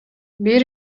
бир